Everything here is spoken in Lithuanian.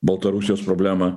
baltarusijos problemą